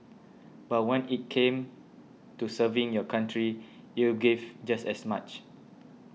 but when it came to serving your country you're gave just as much